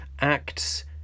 Acts